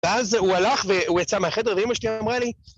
ואז הוא הלך והוא יצא מהחדר ואימא שלי אמרה לי